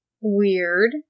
Weird